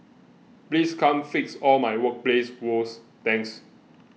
please come fix all my workplace woes thanks